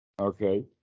Okay